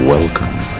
Welcome